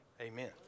Amen